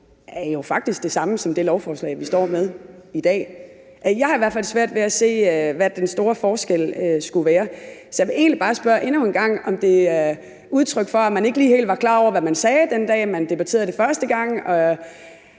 er jo faktisk det samme som det lovforslag, vi står med i dag. Jeg har i hvert fald svært ved at se, hvad den store forskel skulle være. Så jeg vil egentlig bare spørge endnu en gang, om det er udtryk for, at man ikke lige helt var klar over, hvad man sagde, den dag man debatterede det første gang,